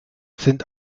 sind